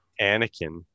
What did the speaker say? Anakin